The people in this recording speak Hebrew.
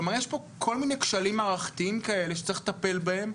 כלומר יש פה כל מיני כשלים מערכתיים כאלה שצריך לטפל בהם,